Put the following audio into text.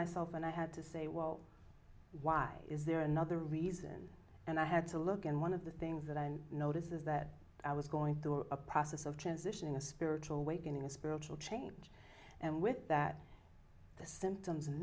myself and i had to say well why is there another reason and i had to look and one of the things that i notice is that i was going through a process of transition in a spiritual awakening a spiritual change and with that the symptoms